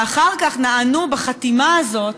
ואחר כך נענו בחתימה הזאת,